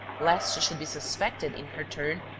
lest she should be suspected in her turn,